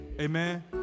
Amen